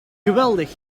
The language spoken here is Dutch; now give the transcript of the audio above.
geweldig